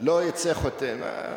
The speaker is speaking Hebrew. לא יצא חוטא נשכר.